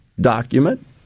document